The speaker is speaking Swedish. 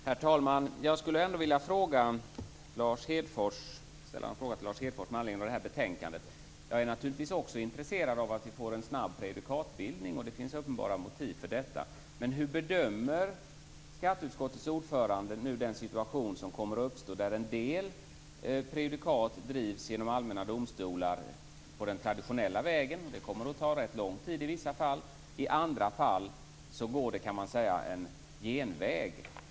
Herr talman! Jag skulle vilja ställa en fråga till Lars Hedfors med anledning av betänkandet. Också jag är naturligtvis intresserad av att vi får en snabb prejudikatsbildning, och det finns uppenbara motiv för detta, men hur bedömer skatteutskottets ordförande den situation som nu kommer att uppstå, där en del prejudikat drivs den traditionella vägen genom allmänna domstolar, vilket i vissa fall kommer att ta rätt lång tid, och prejudikaten i andra fall kan sägas gå en genväg.